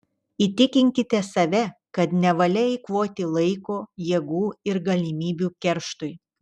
įtikinkite save kad nevalia eikvoti laiko jėgų ir galimybių kerštui